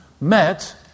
met